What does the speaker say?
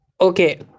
Okay